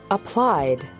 Applied